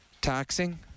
taxing